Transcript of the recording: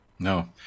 No